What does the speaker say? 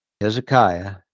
Hezekiah